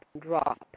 drop